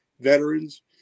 veterans